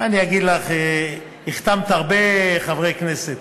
מה אני אגיד לך, החתמת הרבה חברי כנסת.